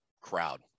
crowd